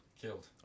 Killed